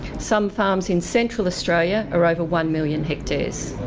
some farms in central australia are over one million hectares.